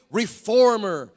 reformer